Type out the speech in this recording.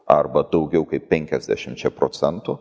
arba daugiau kaip penkiasdešimčia procentų